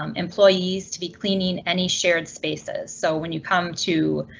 um employees to be cleaning any shared spaces. so when you come to